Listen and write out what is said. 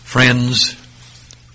Friends